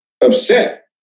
upset